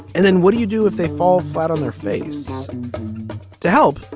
and then what do you do if they fall flat on their face to help?